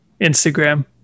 instagram